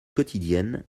quotidienne